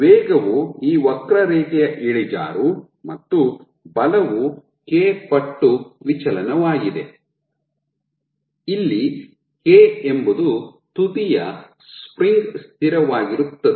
ವೇಗವು ಈ ವಕ್ರರೇಖೆಯ ಇಳಿಜಾರು ಮತ್ತು ಬಲವು k ಪಟ್ಟು ವಿಚಲನವಾಗಿದೆ ಇಲ್ಲಿ k ಎಂಬುದು ತುದಿಯ ಸ್ಪ್ರಿಂಗ್ ಸ್ಥಿರವಾಗಿರುತ್ತದೆ